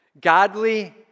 Godly